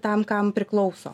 tam kam priklauso